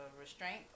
restraint